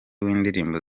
w’indirimbo